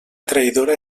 traïdora